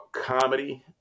comedy